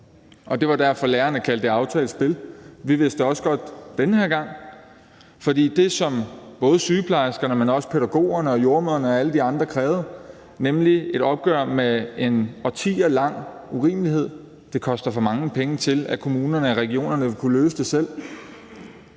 og det var derfor, lærerne kaldte det aftalt spil. Og vi vidste det også godt den her gang, for det, som både sygeplejerskerne, men også pædagogerne og jordemødrene og alle de andre krævede, var nemlig et opgør med en årtier lang urimelighed – og det koster for mange penge til, at kommunerne og regionerne vil kunne løse det selv.